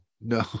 no